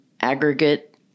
aggregate